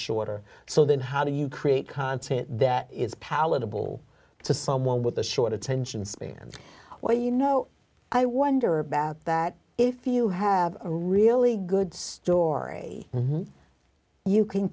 shorter so then how do you create content that is palatable to someone with a short attention span well you know i wonder about that if you have a really good story you can